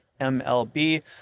MLB